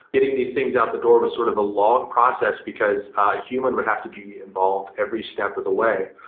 getting these things out the door were sort of a log process, because a human would have to be involved every step of the way.